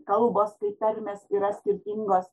kalbos kai tarmės yra skirtingos